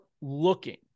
looking